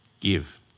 Give